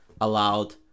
allowed